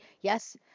yes